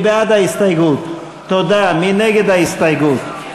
הסתייגות 46